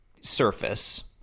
surface